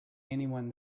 anyone